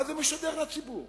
מה זה משדר לציבור?